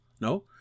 no